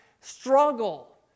struggle